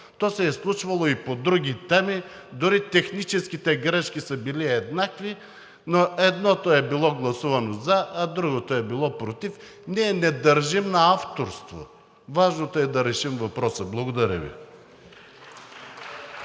То се е случвало и по други теми, дори техническите грешки са били еднакви, но едното е било гласувано за, другото е било против – ние не държим на авторство. Важното е да решим въпроса. Благодаря Ви.